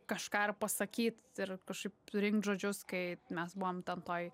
kažką ir pasakyt ir kažkaip rinkt žodžius kai mes buvom ten toj